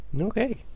Okay